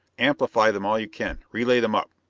amplify them all you can. relay them up,